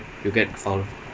penalty